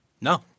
No